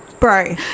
Bro